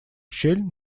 щель